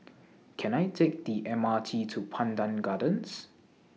Can I Take The M R T to Pandan Gardens